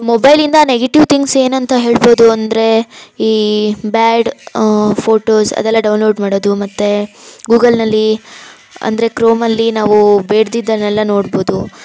ಮೊಬೈಲಿಂದ negative things ಏನಂತ ಹೇಳ್ಬೋದು ಅಂದರೆ ಈ ಬ್ಯಾಡ್ ಫೋಟೋಸ್ ಅದೆಲ್ಲ ಡೌನ್ಲೋಡ್ ಮಾಡೋದು ಮತ್ತೆ ಗೂಗಲ್ನಲ್ಲಿ ಅಂದರೆ ಕ್ರೋಮಲ್ಲಿ ನಾವು ಬೇಡದಿದ್ದನ್ನೆಲ್ಲ ನೋಡ್ಬೋದು